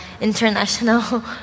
international